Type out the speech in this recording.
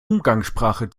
umgangssprache